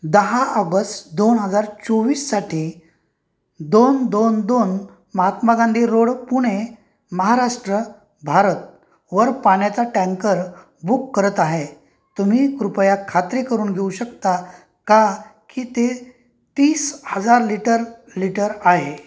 दहा ऑगस्ट दोन हजार चोवीससाठी दोन दोन दोन महात्मा गांधी रोड पुणे महाराष्ट्र भारत वर पाण्याचा टँकर बुक करत आहे तुम्ही कृपया खात्री करून घेऊ शकता का की ते तीस हजार लिटर लिटर आहे